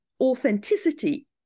authenticity